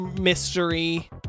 mystery